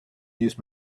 use